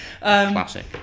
Classic